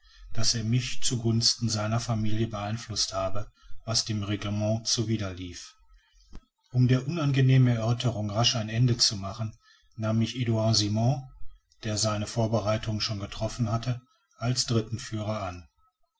daß er mich zu gunsten seiner familie beeinflußt habe was dem reglement zuwider lief um der unangenehmen erörterung rasch ein ende zu machen nahm ich eduard simon der seine vorbereitungen schon getroffen hatte als dritten führer an